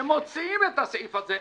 שמוציאים את הסעיף הזה,